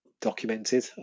documented